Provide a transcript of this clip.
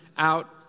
Out